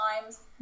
times